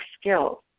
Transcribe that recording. skills